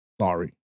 Sorry